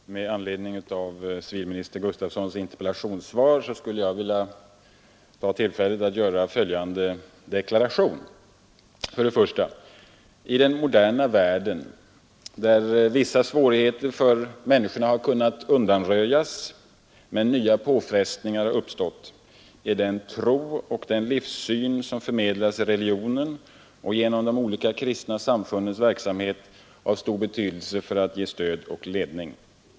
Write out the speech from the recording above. Herr talman! Med anledning av civilminister Gustafssons interpellationssvar skulle jag vilja ta tillfället i akt att göra följande deklaration. I den moderna världen, där vissa svårigheter för människorna har kunnat undanröjas men nya påfrestningar uppstår, har den tro och den livssyn som förmedlas i religionen och genom de olika kristna samfundens verksamhet stor betydelse för att ge stöd och ledning.